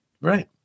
Right